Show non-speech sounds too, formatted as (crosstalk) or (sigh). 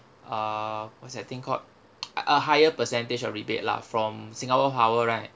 uh what's that thing called (noise) a a higher percentage of rebate lah from singapore power right